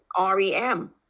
REM